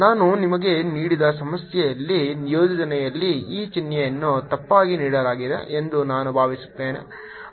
ನಾನು ನಿಮಗೆ ನೀಡಿದ ಸಮಸ್ಯೆಯಲ್ಲಿ ನಿಯೋಜನೆಯಲ್ಲಿ ಈ ಚಿಹ್ನೆಯನ್ನು ತಪ್ಪಾಗಿ ನೀಡಲಾಗಿದೆ ಎಂದು ನಾನು ಭಾವಿಸುತ್ತೇನೆ